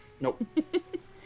Nope